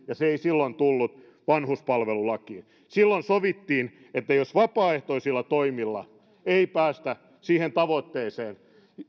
ja se ei silloin tullut vanhuspalvelulakiin silloin sovittiin että jos vapaaehtoisilla toimilla ei päästä siihen tavoitteeseen